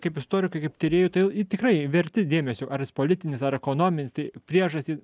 kaip istorikui kaip tyrėjui tai tikrai verti dėmesio ar jis politinis ar ekonominis tai priežastį